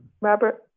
Robert